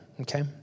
Okay